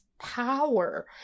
power